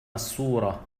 الصورة